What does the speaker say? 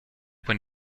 when